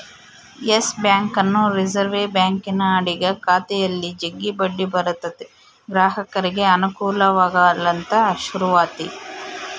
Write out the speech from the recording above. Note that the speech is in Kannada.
ಯಸ್ ಬ್ಯಾಂಕನ್ನು ರಿಸೆರ್ವೆ ಬ್ಯಾಂಕಿನ ಅಡಿಗ ಖಾತೆಯಲ್ಲಿ ಜಗ್ಗಿ ಬಡ್ಡಿ ಬರುತತೆ ಗ್ರಾಹಕರಿಗೆ ಅನುಕೂಲವಾಗಲಂತ ಶುರುವಾತಿ